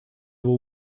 его